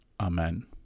Amen